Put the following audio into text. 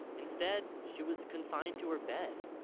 instead, she was confined to her bed.